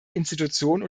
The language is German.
institution